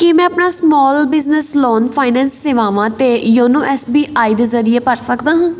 ਕੀ ਮੈਂ ਆਪਣਾ small business loan finance ਸੇਵਾਵਾਂ 'ਤੇ ਯੋਨੋ ਐਸ ਬੀ ਆਈ ਦੇ ਜ਼ਰੀਏ ਭਰ ਸਕਦਾ ਹਾਂ